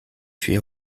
huit